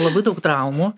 labai daug traumų